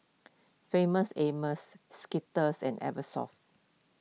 Famous Amos Skittles and Eversoft